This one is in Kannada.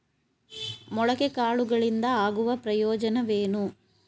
ಮೊಳಕೆ ಕಾಳುಗಳಿಂದ ಆಗುವ ಪ್ರಯೋಜನವೇನು?